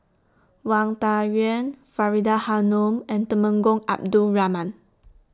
Wang Dayuan Faridah Hanum and Temenggong Abdul Rahman